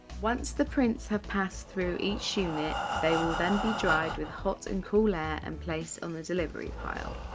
once the prints have past through each unit they will then be dried with hot and cool air and placed on the delivery pile.